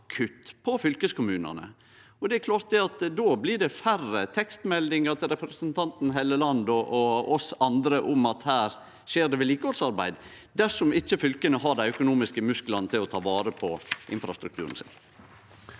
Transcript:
for fylkeskommunane. Det er klart at det blir færre tekstmeldingar til representanten Helleland og oss andre om at det skjer vedlikehaldsarbeid, dersom ikkje fylka har dei økonomiske musklane til å ta vare på infrastrukturen sin.